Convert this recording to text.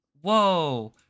Whoa